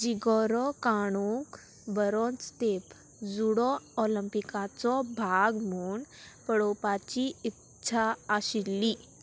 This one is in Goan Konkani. जिगोरो काणूक वरो स्थेप जुडो ऑलम्पिकाचो भाग म्हूण पळोवपाची इच्छा आशिल्ली